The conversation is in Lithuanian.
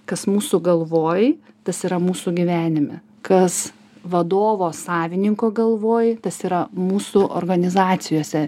kas mūsų galvoj tas yra mūsų gyvenime kas vadovo savininko galvoj tas yra mūsų organizacijose